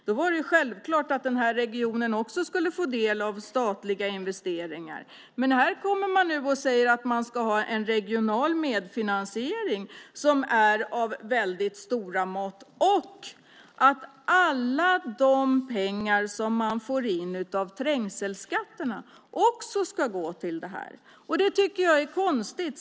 Det var också självklart att även den här regionen skulle få del av statliga investeringar. Men här kommer man nu och säger att man ska ha en regional medfinansiering som är av stora mått. Alla de pengar som man får in av trängselskatterna ska tydligen också gå till det här. Det tycker jag är konstigt.